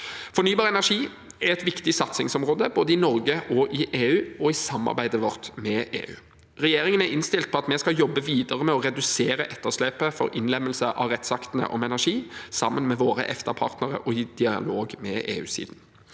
Fornybar energi er et viktig satsingsområde både i Norge, i EU og i samarbeidet vårt med EU. Regjeringen er innstilt på at vi skal jobbe videre med å redusere etterslepet når det gjelder innlemmelse av rettsaktene om energi sammen med våre EFTA-partnere og i dialog med EU-siden.